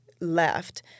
Left